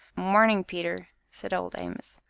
marnin', peter! said old amos,